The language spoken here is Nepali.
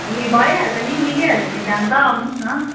ए भइहाल्छ नि मिलिहाल्छ नि दाम त आउनुहोस् न